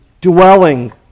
dwelling